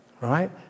right